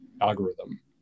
algorithm